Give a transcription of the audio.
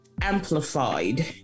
amplified